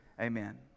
Amen